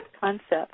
concept